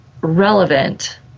relevant